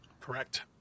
Correct